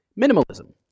Minimalism